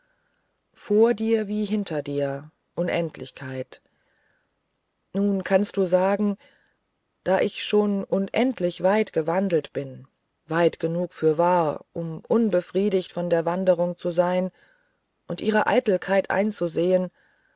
vor dir wie hinter dir unendlichkeit nun kannst du sagen da ich schon unendlich weit gewandelt bin weit genug fürwahr um unbefriedigt von der wanderung zu sein und ihre eitelkeit einzusehen